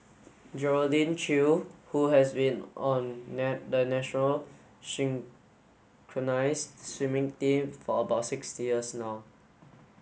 Geraldine Chew who has been on the national synchronised swimming team for about sixty years now